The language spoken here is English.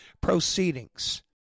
proceedings